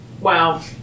wow